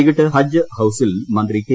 വൈകിട്ട് ഹജ്ജ് ഹൌസിൽ മന്ത്രി കെ